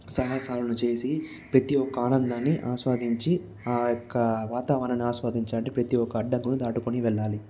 సాహసాలను చేసి ప్రతి ఒక్క ఆనందాన్ని ఆస్వాదించి ఆ యొక్క వాతావరణాన్ని ఆస్వాదించి అంటే ప్రతి ఒక్క అడ్డంకులని దాటుకొని వెళ్ళాలి